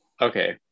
Okay